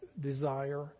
desire